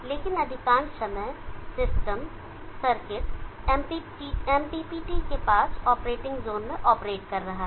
लेकिन अधिकांश समय सिस्टम सर्किट MPPT के पास ऑपरेटिंग ज़ोन में ऑपरेट कर रहा है